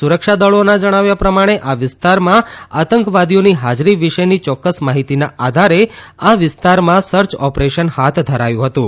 સુરક્ષા દળોના જણાવ્યા પ્રમાણે આ વિસ્તારમાં આતંકવાદીઓની હાજરી વિશેની ચોક્કસ માહિતીના આધારે આ વિસ્તારમાં સર્ચ ઓપરેશન ફાથ ધરાયું હતું